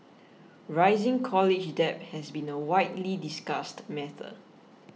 rising college debt has been a widely discussed method